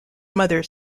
mother